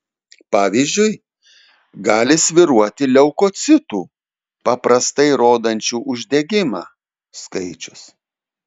pavyzdžiui gali svyruoti leukocitų paprastai rodančių uždegimą skaičius